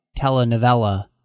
telenovela